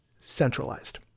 centralized